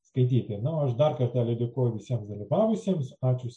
skaityti aš dar kartelį dėkoju visiems dalyvavusiems ačiū